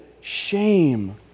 shame